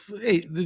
hey